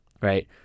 right